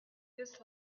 his